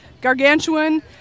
gargantuan